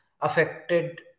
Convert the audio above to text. affected